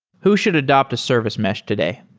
who should adapt a service mesh today?